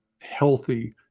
healthy